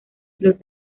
los